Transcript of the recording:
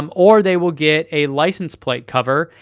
um or they will get a license plate cover.